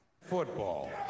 Football